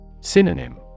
Synonym